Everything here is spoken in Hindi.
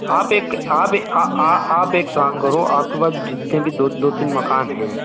हाँ तो एक आप एक आप एक काम करो आपके पास जितने भी दो दो तीन मकान हैं